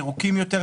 ירוקים יותר,